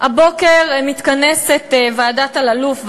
הבוקר מתכנסת ועדת אלאלוף,